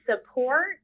support